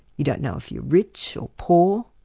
you don't know if you're rich or poor,